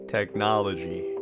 Technology